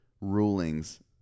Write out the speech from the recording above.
rulings